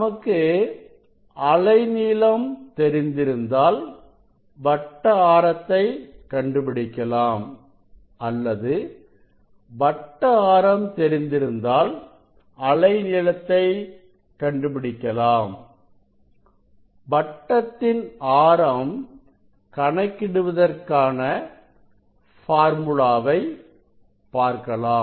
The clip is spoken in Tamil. நமக்கு அலைநீளம் தெரிந்திருந்தால் வட்ட ஆரத்தை கண்டுபிடிக்கலாம் அல்லது வட்ட ஆரம் தெரிந்திருந்தால் அலை நீளத்தை கண்டுபிடிக்கலாம் வட்டத்தின்ஆரம் கணக்கிடுவதற்கான பார்முலாவை பார்க்கலாம்